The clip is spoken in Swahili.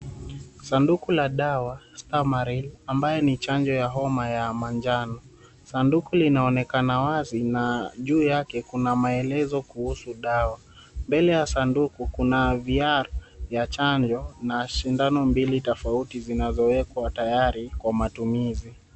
Sanduku la dawa, "STAMARIL", ambayo ni chanjo ya homa ya manjano. Sanduku linaonekana wazi, na juu yake kuna maelezo kuhusu dawa. Mbele ya sanduku kuna viara vya chanjo na sindano mbili tofauti zinazowekwa tayari kwa matumizi.